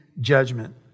judgment